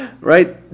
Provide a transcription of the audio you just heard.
Right